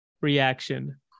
reaction